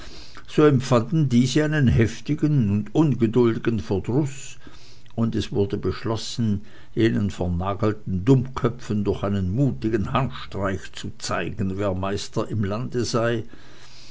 so empfanden diese einen heftigen und ungeduldigen verdruß und es wurde beschlossen jenen vernagelten dummköpfen durch einen mutigen handstreich zu zeigen wer meister im lande sei